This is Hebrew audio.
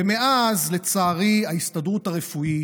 ומאז, לצערי, ההסתדרות הרפואית,